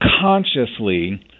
consciously